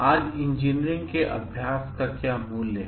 आज इंजीनियरिंग के अभ्यास का क्या मूल्य है